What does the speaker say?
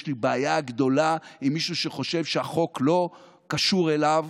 יש לי בעיה גדולה עם מישהו שחושב שהחוק לא קשור אליו